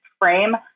frame